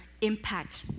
impact